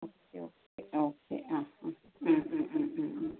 okay okay ആ okay ആ